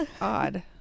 odd